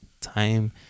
time